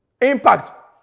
Impact